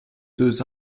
deux